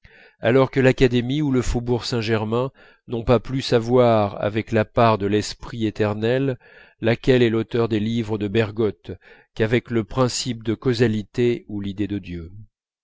alors que l'académie ou le faubourg saint-germain n'ont pas plus à voir avec la part de l'esprit éternel laquelle est l'auteur des livres de bergotte qu'avec le principe de causalité ou l'idée de dieu